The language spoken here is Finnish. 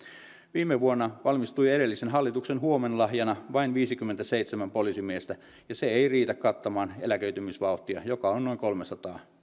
viime vuonna valmistui edellisen hallituksen huomenlahjana vain viisikymmentäseitsemän poliisimiestä ja se ei riitä kattamaan eläköitymisvauhtia joka on noin kolmesataa